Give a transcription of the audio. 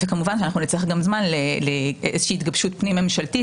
כמובן שנצטרך גם זמן לאיזושהי התגבשות פנים-ממשלתית